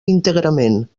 íntegrament